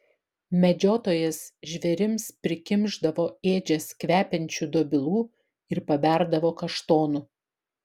medžiotojas žvėrims prikimšdavo ėdžias kvepiančių dobilų ir paberdavo kaštonų